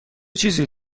چیزی